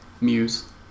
Muse